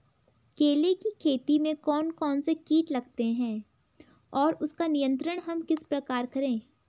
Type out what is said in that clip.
केले की खेती में कौन कौन से कीट लगते हैं और उसका नियंत्रण हम किस प्रकार करें?